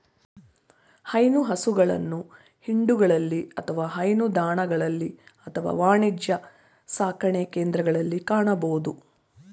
ಹೈನು ಹಸುಗಳನ್ನು ಹಿಂಡುಗಳಲ್ಲಿ ಅಥವಾ ಹೈನುದಾಣಗಳಲ್ಲಿ ಅಥವಾ ವಾಣಿಜ್ಯ ಸಾಕಣೆಕೇಂದ್ರಗಳಲ್ಲಿ ಕಾಣಬೋದು